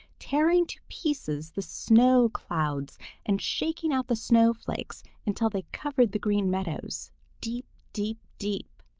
tearing to pieces the snow clouds and shaking out the snowflakes until they covered the green meadows deep, deep, deep,